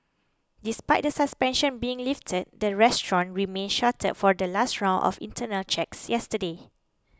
despite the suspension being lifted the restaurant remained shuttered for the last round of internal checks yesterday